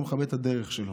לא מכבד את הדרך שלו.